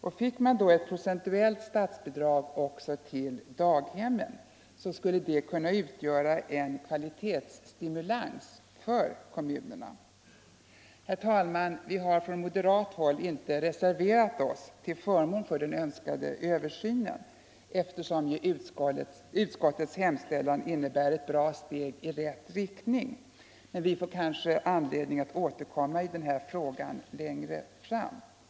Om man då fick ett procentuellt statsbidrag också till daghemmen skulle det kunna utgöra en kvalitets Vi har från moderat håll inte reserverat oss till förmån för den önskade översynen, eftersom utskottets hemställan innebär ett bra steg i rätt riktning, men vi får kanske anledning återkomma till den frågan längre fram. Herr talman!